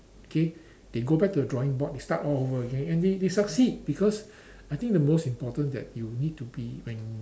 okay they go back to the drawing board they start all over again and they they succeed because I think the most important that you need to be when